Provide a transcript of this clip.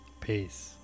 Peace